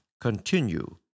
Continue